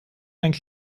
deinen